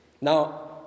Now